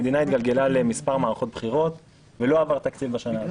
המדינה התגלגלה למספר מערכות בחירות ולא עבר תקציב בשנה הזאת.